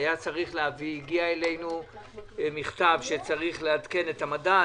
שהגיע אלינו מכתב שצריך לעדכן את המדד